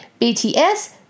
BTS